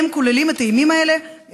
הם כוללים את הימים האלה,